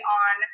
on